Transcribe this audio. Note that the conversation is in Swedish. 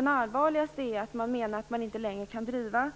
Det allvarligaste är att man menar att man inte längre kan driva